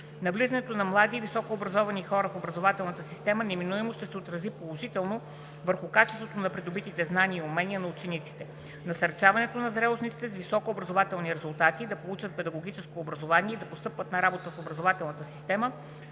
Навлизането на млади и високообразовани хора в образователната система неминуемо ще се отрази положително върху качеството на придобитите знания и умения на учениците. Насърчаването на зрелостниците с високи образователни резултати да получат педагогическо образование и да постъпват на работа в образователната система